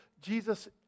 Jesus